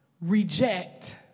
reject